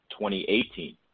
2018